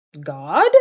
God